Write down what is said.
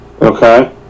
Okay